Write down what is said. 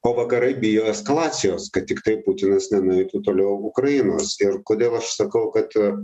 o vakarai bijo eskalacijos kad tiktai putinas nenueitų toliau ukrainos ir kodėl aš sakau kad